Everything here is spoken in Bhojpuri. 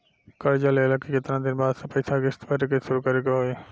कर्जा लेला के केतना दिन बाद से पैसा किश्त भरे के शुरू करे के होई?